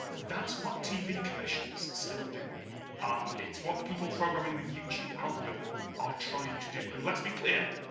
that's what tv commissioners still do um it's what the people programming the youtube algorithm are trying to do, and let's be clear,